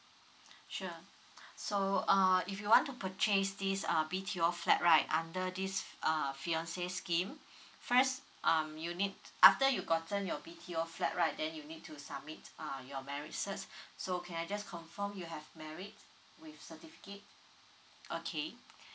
sure so uh if you want to purchase this uh B_T_O flat right under this uh fiancee scheme first um you need after you gotten your B_T_O flat right then you need to submit uh your marriage cert so can I just confirm you have married with certificate okay